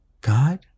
god